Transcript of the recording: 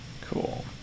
Cool